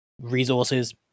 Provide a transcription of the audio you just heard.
resources